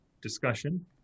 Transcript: discussion